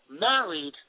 married